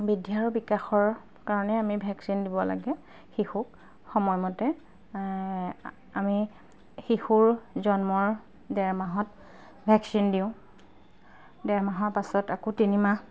বৃদ্ধি আৰু বিকাশৰ কাৰণে আমি ভেকচিন দিব লাগে শিশুক সময়মতে আমি শিশুৰ জন্মৰ ডেৰমাহত ভেকচিন দিওঁ ডেৰমাহৰ পাছত আকৌ তিনিমাহ